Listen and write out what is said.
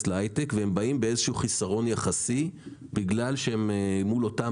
להייטק והם באים באיזה שהוא חסרון יחסי בגלל שהם מול אותם